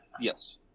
Yes